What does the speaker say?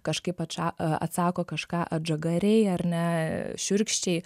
kažkaip atša atsako kažką atžagariai ar ne šiurkščiai